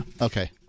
Okay